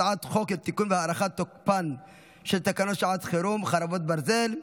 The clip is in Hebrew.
הצעת חוק לתיקון והארכת תוקפן של תקנות לשעת חירום (חרבות ברזל)